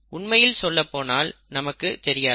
உண்மையில் சொல்லப் போனால் நமக்கு தெரியாது